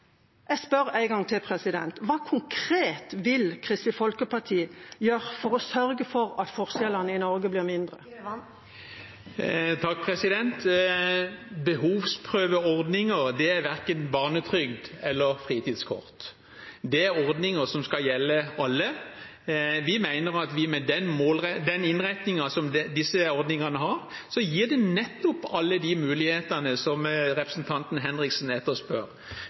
Jeg spør en gang til: Hva vil Kristelig Folkeparti konkret gjøre for å sørge for at forskjellene i Norge blir mindre? Behovsprøvde ordninger er verken barnetrygd eller fritidskort. Det er ordninger som skal gjelde alle. Vi mener at med den innretningen disse ordningene har, gir det nettopp alle de mulighetene som representanten Henriksen